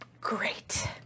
Great